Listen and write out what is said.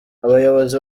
abayobozi